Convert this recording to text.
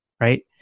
right